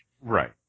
Right